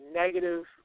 negative